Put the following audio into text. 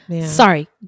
Sorry